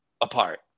apart